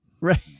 right